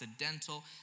accidental